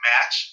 Match